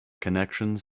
connections